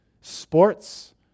sports